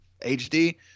HD